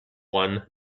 one